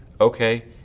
okay